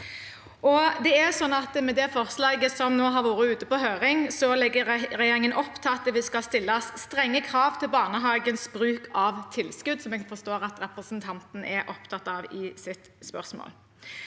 Med det forslaget som nå har vært ute på høring, legger regjeringen opp til at det skal stilles strenge krav til barnehagens bruk av tilskudd, som jeg forstår at representanten er opptatt av i sitt spørsmål.